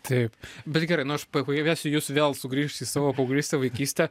taip bet gerai nu aš pakviesiu jus vėl sugrįžt į savo paauglystę vaikystę